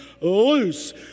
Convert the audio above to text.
loose